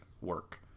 work